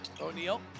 O'Neal